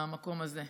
במקום הזה.